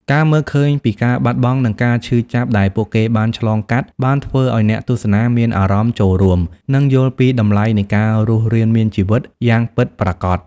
ការមើលឃើញពីការបាត់បង់ និងការឈឺចាប់ដែលពួកគេបានឆ្លងកាត់បានធ្វើឲ្យអ្នកទស្សនាមានអារម្មណ៍ចូលរួម និងយល់ពីតម្លៃនៃការរស់រានមានជីវិតយ៉ាងពិតប្រាកដ។